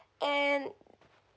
and